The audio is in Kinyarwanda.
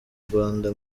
rwanda